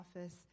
office